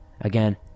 Again